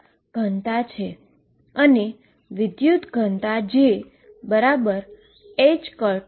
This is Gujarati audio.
પરંતુ C2 ડેન્સીટી છે